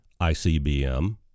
ICBM